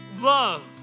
Love